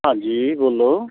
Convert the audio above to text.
ਹਾਂਜੀ ਬੋਲੋ